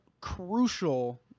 crucial